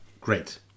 Great